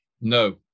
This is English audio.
No